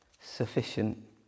sufficient